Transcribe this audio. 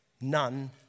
None